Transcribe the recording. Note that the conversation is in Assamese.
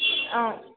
অঁ